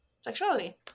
sexuality